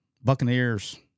Buccaneers